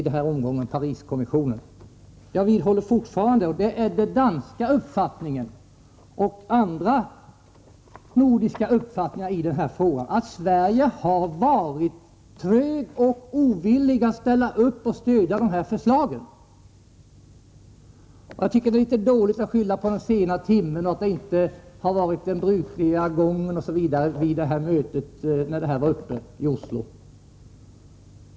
Beträffande Pariskommissionen vidhåller jag fortfarande att uppfattning — Nr 7 en från Danmark och andra nordiska länder, att man från Sverige varit trög Si - EG 3 Torsdagen den och ovillig att stödja dessa förslag, är riktig. Jag tycker det är litet dåligt att 11 oktober 1984 skylla på den sena timmen och att det inte har varit den brukliga gången osv. när frågan var uppe i Oslo.